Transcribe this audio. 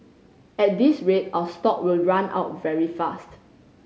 at this rate our stock will run out very fast